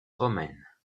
romaines